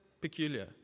peculiar